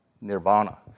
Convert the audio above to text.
nirvana